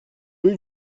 rue